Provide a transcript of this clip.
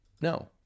no